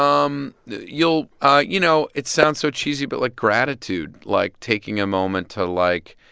um you'll you know, it sounds so cheesy but, like, gratitude, like, taking a moment to, like,